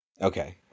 Okay